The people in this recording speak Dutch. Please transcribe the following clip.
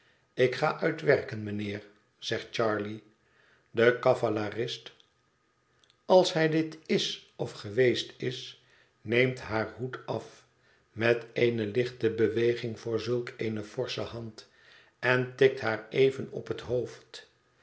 ik ga uit werken mijnheer zegt charley de cavalerist als hij dit is of geweest is neemt haar haar hoed af met eene lichte beweging voor zulk eene forsche hand en tikt haar even op het hoofd